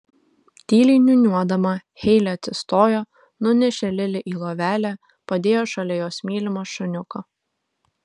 tyliai niūniuodama heilė atsistojo nunešė lili į lovelę padėjo šalia jos mylimą šuniuką